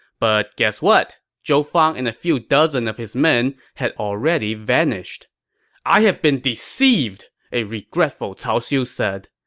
but guess what? zhou fang and a few dozen of his men had already vanished i have been deceived! a regretful cao xiu said.